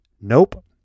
Nope